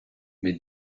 mais